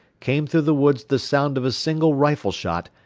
came through the woods the sound of a single rifle-shot,